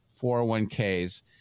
401ks